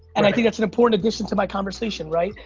and i think that's an important addition to my conversation, right.